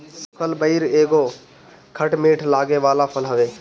सुखल बइर एगो खट मीठ लागे वाला फल हवे